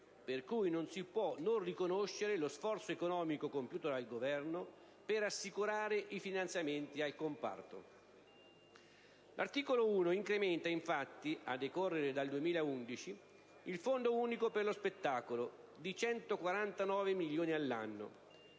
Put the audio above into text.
per cui non si può non riconoscere lo sforzo economico compiuto dal Governo per assicurare i finanziamenti al comparto. L'articolo 1 incrementa infatti, a decorrere dal 2011, il Fondo unico per lo spettacolo (FUS) di 149 milioni all'anno,